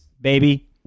baby